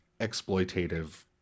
exploitative